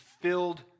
filled